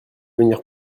venir